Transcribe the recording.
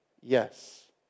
Yes